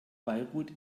beirut